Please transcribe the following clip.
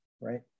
right